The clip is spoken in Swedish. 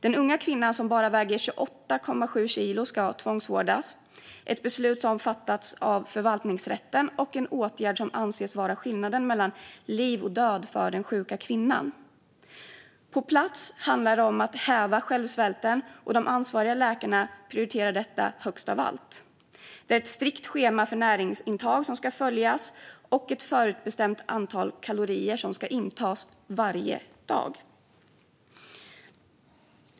Den unga kvinnan, som bara väger 28,7 kilo, ska tvångsvårdas. Det är ett beslut som fattats av förvaltningsrätten och en åtgärd som anses vara skillnaden mellan liv och död för den sjuka kvinnan. På plats handlar det om att häva självsvälten, och de ansvariga läkarna prioriterar detta högst av allt. Det är ett strikt schema för näringsintag som ska följas och ett förutbestämt antal kalorier som ska intas varje dag.